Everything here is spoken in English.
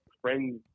friends